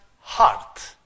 heart